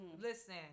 Listen